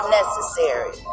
necessary